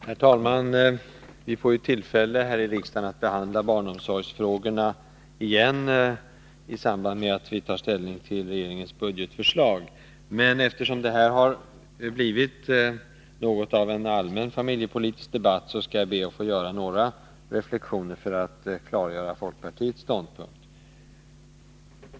Herr talman! Vi får ju tillfälle att behandla barnomsorgsfrågorna igen här i kammaren, i samband med att vi tar ställning till regeringens budgetförslag. Men eftersom det har blivit något av en familjepolitisk debatt, skall jag be att få göra några reflexioner för att klargöra folkpartiets ståndpunkt.